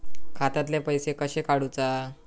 खात्यातले पैसे कशे काडूचा?